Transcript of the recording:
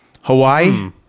Hawaii